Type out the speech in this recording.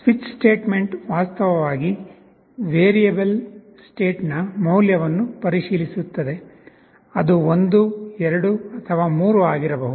switch statement ವಾಸ್ತವವಾಗಿ variable "state" ನ ಮೌಲ್ಯವನ್ನು ಪರಿಶೀಲಿಸುತ್ತದೆ ಅದು 1 2 ಅಥವಾ 3 ಆಗಿರಬಹುದು